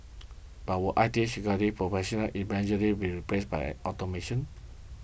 but will I T Security Professionals eventually with replaced by automation